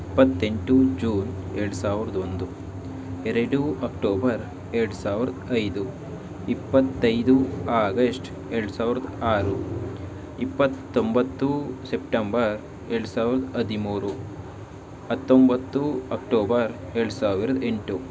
ಇಪ್ಪತ್ತೆಂಟು ಜೂನ್ ಎರಡು ಸಾವಿರದ ಒಂದು ಎರಡು ಅಕ್ಟೋಬರ್ ಎರಡು ಸಾವಿರದ ಐದು ಇಪ್ಪತ್ತೈದು ಆಗಸ್ಟ್ ಎರಡು ಸಾವಿರದ ಆರು ಇಪ್ಪತ್ತೊಂಬತ್ತು ಸೆಪ್ಟೆಂಬರ್ ಎರಡು ಸಾವಿರದ ಹದಿಮೂರು ಹತ್ತೊಂಬತ್ತು ಅಕ್ಟೋಬರ್ ಎರಡು ಸಾವಿರದ ಎಂಟು